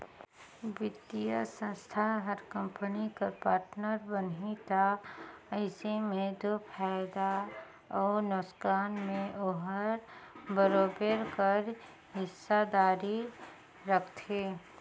बित्तीय संस्था हर कंपनी कर पार्टनर बनही ता अइसे में दो फयदा अउ नोसकान में ओहर बरोबेर कर हिस्सादारी रखथे